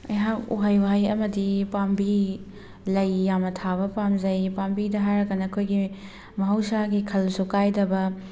ꯑꯩꯍꯥꯛ ꯎꯍꯩ ꯋꯥꯍꯩ ꯑꯃꯗꯤ ꯄꯥꯝꯕꯤ ꯂꯩ ꯌꯥꯝꯅ ꯊꯥꯕ ꯄꯥꯝꯖꯩ ꯄꯥꯝꯕꯤꯗ ꯍꯥꯏꯔꯒꯅ ꯑꯩꯈꯣꯏꯒꯤ ꯃꯍꯧꯁꯥꯒꯤ ꯈꯜꯁꯨ ꯀꯥꯏꯗꯕ